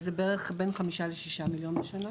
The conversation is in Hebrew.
זה בערך בין 5 ל-6 מיליון בשנה.